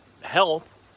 health